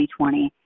2020